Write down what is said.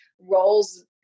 roles